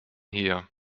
hier